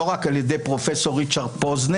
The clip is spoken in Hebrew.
לא רק על ידי פרופ' ריצ'רד פוזנר,